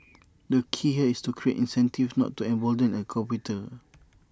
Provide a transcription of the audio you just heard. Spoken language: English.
the key here is to create incentives not to embolden A competitor